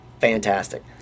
Fantastic